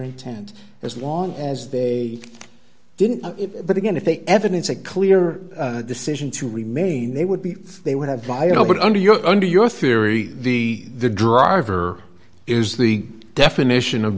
intent as long as they didn't but again if they evidence a clear decision to remain they would be they would have by all but under your under your theory the the driver is the definition of